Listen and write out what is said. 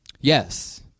Yes